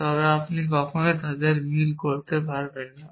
তবে আপনি কখনই তাদের সাথে মিল করতে পারবেন না